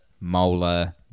molar